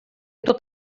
tot